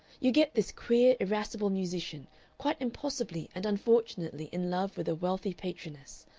you get this queer irascible musician quite impossibly and unfortunately in love with a wealthy patroness,